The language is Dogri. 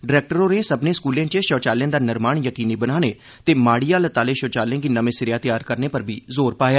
डरैक्टर होरें सब्भनें स्कूलें च शौचालयें दा निर्माण यकीनी बनाने ते माड़ी हालत आहले शौचालयें गी नर्मे सिरेया तैयार करने पर बी जोर पाया